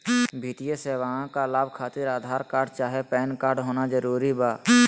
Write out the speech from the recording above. वित्तीय सेवाएं का लाभ खातिर आधार कार्ड चाहे पैन कार्ड होना जरूरी बा?